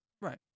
Right